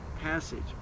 passage